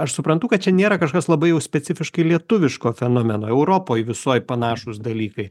aš suprantu kad čia nėra kažkas labai jau specifiškai lietuviško fenomeno europoj visoj panašūs dalykai